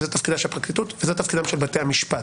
זה תפקידה של הפרקליטות וזה תפקידם של בתי המשפט.